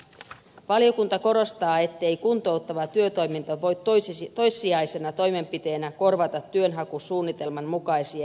valiokunta korostaa ettei kuntouttava työtoiminta voi toissijaisena toimenpiteenä korvata työnhakusuunnitelman mukaisia ensisijaisia toimenpiteitä